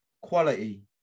quality